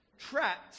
trapped